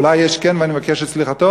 אולי יש כן ואני מבקש את סליחתו,